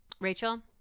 Rachel